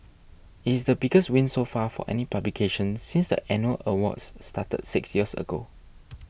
it is the biggest win so far for any publication since the annual awards started six years ago